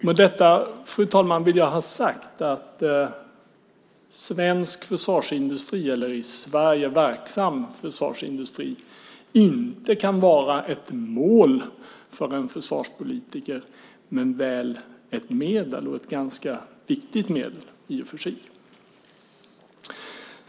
Med detta, fru talman, vill jag ha sagt att svensk försvarsindustri eller i Sverige verksam försvarsindustri inte kan vara ett mål för en försvarspolitiker men väl ett medel och ett ganska viktigt medel i och för sig.